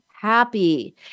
happy